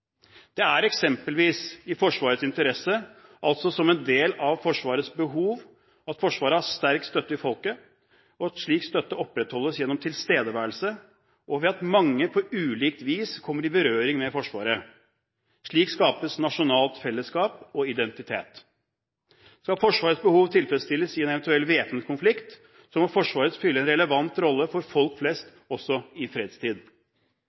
Det er eksempelvis i Forsvarets interesse, altså som en del av Forsvarets behov, at Forsvaret har sterk støtte i folket, og at slik støtte opprettholdes gjennom tilstedeværelse, og ved at mange på ulikt vis kommer i berøring med Forsvaret. Slik skapes nasjonalt fellesskap og identitet. Skal Forsvarets behov tilfredsstilles i en eventuell væpnet konflikt, må Forsvaret spille en relevant rolle for folk flest også i fredstid.